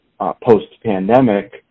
post-pandemic